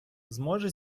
зможе